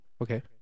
Okay